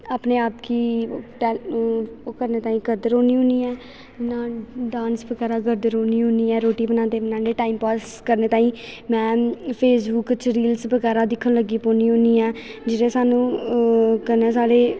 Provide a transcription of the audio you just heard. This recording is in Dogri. अपने आप गी टै ओह् करने ताईं करदे रौह्न्नी होन्नी ऐं इ'यां डांस बगैरा करदी रौह्न्नी होन्नी ऐं रोटी बनांदे बनांदे टाईम पास करने ताईं में फेसबुक च रील्स बगैरा दिक्खन लग्गी पौन्नी होन्नी ऐं जियां सानूं कन्नै साढ़े